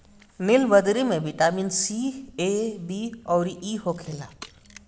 नीलबदरी में vitamin C, A, B अउरी इ होखेला